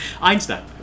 Einstein